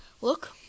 look